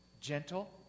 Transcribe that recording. Gentle